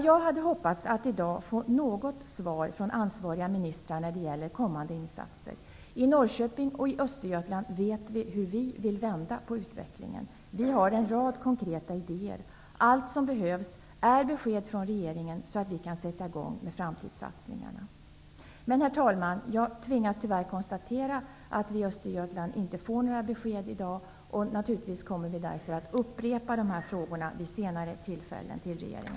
Jag hade hoppats att i dag få något svar från ansvariga ministrar när det gäller kommande insatser. I Norrköping och Östergötland vet vi hur vi vill vända på utvecklingen. Vi har en rad konkreta idéer. Allt som behövs är besked från regeringen, så att vi kan sätta i gång med framtidssatsningarna. Herr talman! Jag tvingas tyvärr konstatera att vi i Östergötland inte får några besked i dag. Därför kommer vi naturligtvis att upprepa frågorna vid senare tillfällen.